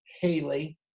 Haley